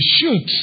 shoot